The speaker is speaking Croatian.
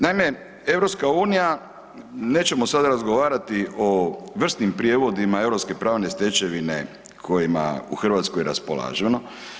Naime, EU, nećemo sad razgovarati o vrsnim prijevodima europske pravne stečevine kojima u Hrvatskoj raspolažemo.